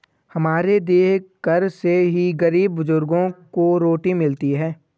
हमारे दिए कर से ही गरीब बुजुर्गों को रोटी मिलती है